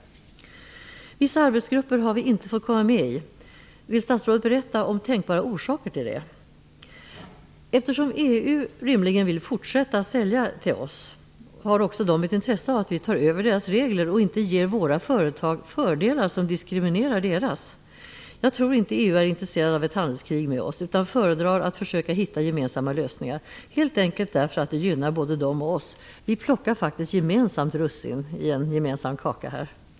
Vissa arbetsgrupper har vi inte fått vara med i. Eftersom EU rimligen vill fortsätta att sälja till oss, har EU ett intresse av att vi tar över deras regler och inte ger våra företag fördelar som diskriminerar deras. Jag tror inte att EU är intresserat av ett handelskrig med oss utan föredrar att försöka hitta gemensamma lösningar, helt enkelt därför att det gynnar både dem och oss. Vi plockar faktiskt gemensamt russin ur en gemensam kaka här.